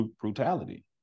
brutality